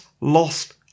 Lost